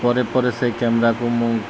ପରେ ପରେ ସେଇ କ୍ୟାମେରାକୁ ମୁଁ